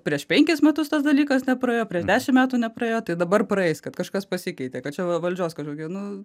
prieš penkis metus tas dalykas nepraėjo prieš dešimt metų nepraėjo tai dabar praeis kad kažkas pasikeitė kad čia valdžios kažkokie nu